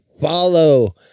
follow